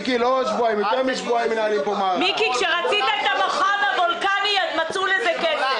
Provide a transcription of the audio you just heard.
מיקי, כשרצית את המכון הוולקני מצאו לזה כסף.